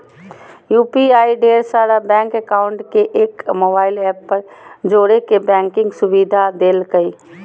UPI ढेर सारा bank account के एक मोबाइल ऐप पर जोड़े के बैंकिंग सुविधा देलकै